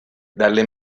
dalle